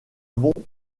avons